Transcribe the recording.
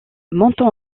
montant